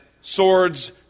swords